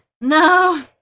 No